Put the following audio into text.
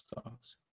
stocks